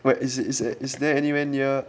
where is it is it is there anywhere near